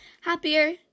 Happier